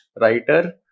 writer